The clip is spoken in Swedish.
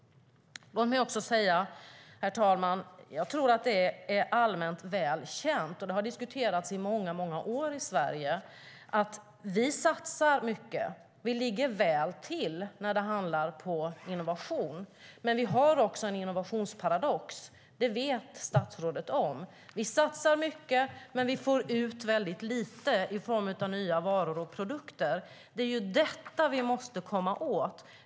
Låt mig också säga att jag tror att det är allmänt väl känt - det har diskuterats i många år i Sverige - att vi satsar mycket och att vi ligger väl till när det handlar om innovation. Men vi har även en innovationsparadox, och det vet statsrådet om. Vi satsar mycket, men vi får ut väldigt lite i form av nya varor och produkter. Det är detta vi måste komma åt.